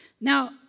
Now